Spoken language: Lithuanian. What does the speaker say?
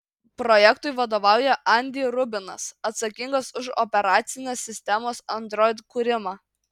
projektui vadovauja andy rubinas atsakingas už operacinės sistemos android kūrimą